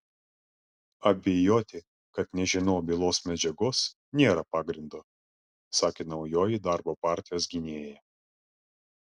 abejoti kad nežinau bylos medžiagos nėra pagrindo sakė naujoji darbo partijos gynėja